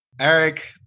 Eric